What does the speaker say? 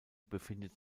befindet